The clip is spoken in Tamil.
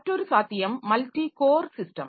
மற்றாெரு சாத்தியம் மல்டி கோர் சிஸ்டம்